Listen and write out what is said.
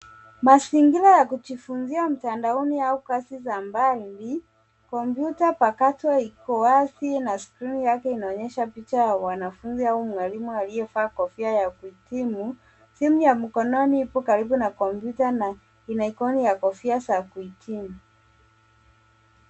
Mazingira ya kujifunzia mtandaoni au kazi za mbali, kompyuta mpakato iko wazi na skrini yake inaonyesha picha ya wanafunzi au mwalimu aliyevaa kofia ya kuhitimu. Simu ya mkononi ipo karibu na kompyuta na ina ikoni ya kofia za kuhitimu.